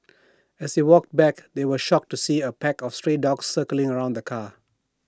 as they walked back they were shocked to see A pack of stray dogs circling around the car